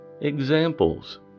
examples